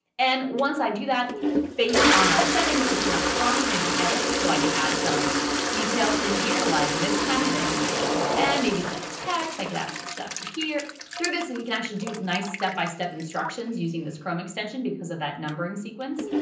and once i do that based on our settings, it's going to prompt me to edit so i could add some details in here, like this kind of thing and maybe some text i could add some stuff here through this, and we can actually do a nice step by step instructions using this chrome extension because of that numbering sequence.